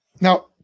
Now